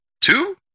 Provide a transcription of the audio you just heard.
Two